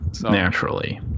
Naturally